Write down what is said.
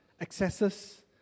excesses